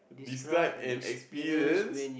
describe an experience